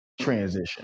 transition